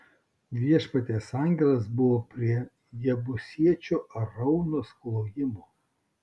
viešpaties angelas buvo prie jebusiečio araunos klojimo